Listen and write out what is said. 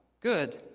Good